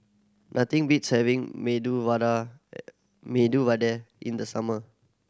nothing beats having Medu Vada Medu Vada in the summer